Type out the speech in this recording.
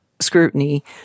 scrutiny